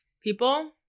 people